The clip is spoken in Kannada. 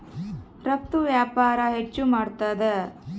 ರಫ್ತು ವ್ಯಾಪಾರ ಹೆಚ್ಚು ಮಾಡ್ತಾದ